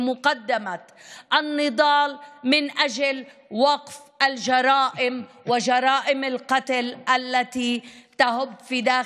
המאבק כדי לעצור את הפשיעה והרציחות המשתוללות בחברה